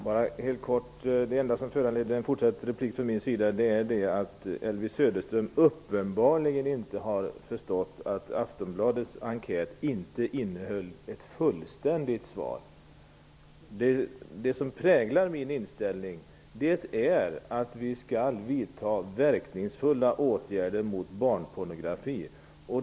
Herr talman! Bara helt kort. Det enda som föranleder fortsatt replikerande från min sida är att Elvy Söderström uppenbarligen inte har förstått att Det som präglar min inställning är att vi skall vidta verkningsfulla åtgärder mot barnpornografi.